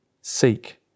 seek